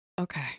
Okay